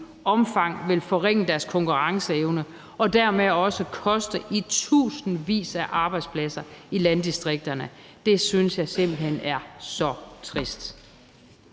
omfang vil forringe deres konkurrenceevne og dermed også koste i tusindvis af arbejdspladser i landdistrikterne, synes jeg simpelt hen er så trist.